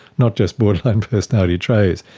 not just borderline personality traits.